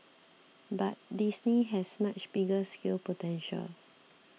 but Disney has much bigger scale potential